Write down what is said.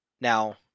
Now